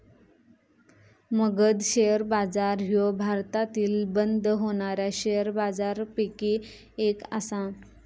Magadh share बाजार ह्यो भारतातील बंद होणाऱ्या शेअर बाजारपैकी एक आसा